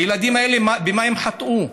הילדים האלה, במה חטאו?